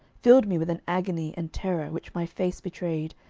filled me with an agony and terror which my face betrayed,